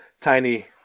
tiny